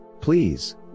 please